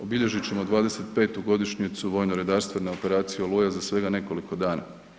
Obilježit ćemo 25 godišnjicu vojno-redarstvene operacije Oluja za svega nekoliko dana.